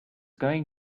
going